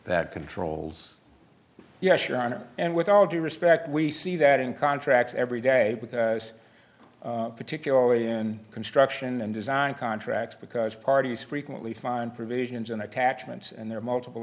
that controls yes your honor and with all due respect we see that in contracts every day particularly in construction and design contracts because parties frequently find provisions and attachments and there are multiple